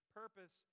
purpose